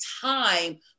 time